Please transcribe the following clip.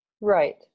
Right